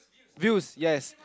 views yes